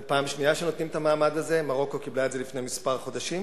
זו פעם שנייה שנותנים את המעמד הזה: מרוקו קיבלה את זה לפני כמה חודשים.